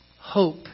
Hope